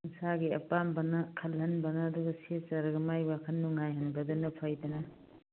ꯏꯁꯥꯒꯤ ꯑꯄꯥꯝꯕꯅ ꯈꯜꯍꯟꯕꯅ ꯑꯗꯨꯒ ꯁꯦꯠꯆꯔꯒ ꯃꯥꯏ ꯋꯥꯈꯜ ꯅꯨꯡꯉꯥꯏꯍꯟꯕꯅ ꯐꯩꯗꯅ